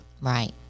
Right